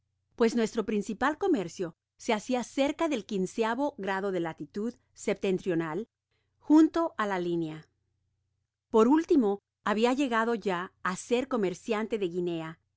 pues nuestro principal comercio se hacia cerca del de latitud septentrional junto á la linea por último habia llegado ya á ser comerciante de guinea